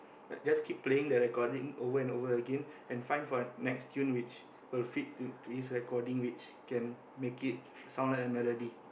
like just keep playing the recording over and over again and find for next tune which will fit to to this recording which can make it sound like a melody